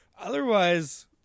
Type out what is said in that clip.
Otherwise